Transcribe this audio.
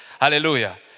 Hallelujah